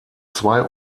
zwei